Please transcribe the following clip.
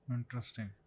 Interesting